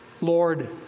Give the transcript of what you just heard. Lord